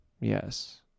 yes